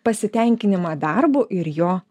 pasitenkinimą darbu ir jo